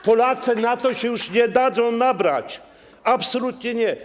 Polacy na to się już nie dadzą nabrać, absolutnie nie.